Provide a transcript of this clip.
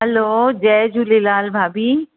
हलो जय झूलेलाल भाभी